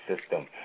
system